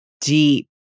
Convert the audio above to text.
deep